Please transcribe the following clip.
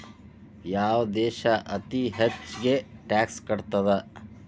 ಯಾವ್ ದೇಶ್ ಅತೇ ಹೆಚ್ಗೇ ಟ್ಯಾಕ್ಸ್ ಕಟ್ತದ?